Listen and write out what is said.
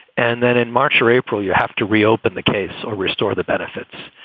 and then in march or april, you have to reopen the case or restore the benefits.